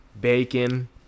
Bacon